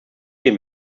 den